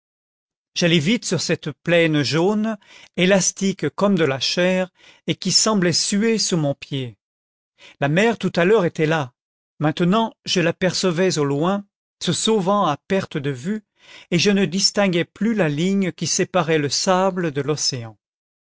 j'allais vite sur cette plaine jaune élastique comme de la chair et qui semblait suer sous mon pied la mer tout à l'heure était là maintenant je l'apercevais au loin se sauvant à perte de vue et je ne distinguais plus la ligne qui séparait le sable de l'océan